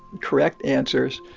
correct answers,